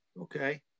Okay